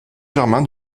germain